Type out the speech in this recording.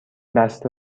بسته